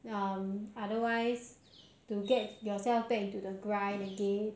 um otherwise to get yourself back into the grind again